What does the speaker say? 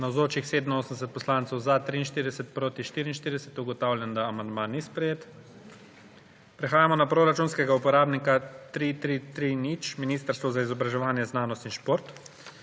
44. (Za je glasovalo 43.) (Proti 44.) Ugotavljam, da amandma ni sprejet. Prehajamo na proračunskega uporabnika 3330 – Ministrstvo za izobraževanje, znanost in šport.